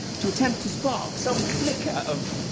to attempt to spark some flicker of.